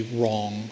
wrong